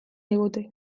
digute